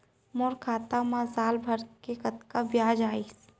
मोर खाता मा साल भर के कतका बियाज अइसे?